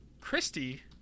Christy